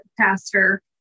pastor